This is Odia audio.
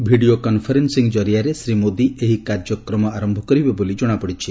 ଭିଡ଼ିଓ କନ୍ଫରେନ୍ସିଂ କରିଆରେ ଶ୍ରୀ ମୋଦୀ ଏହି କାର୍ଯ୍ୟକ୍ରମର ଆରମ୍ଭ କରିବେ ବୋଲି ଜଶାପଡ଼ିଛି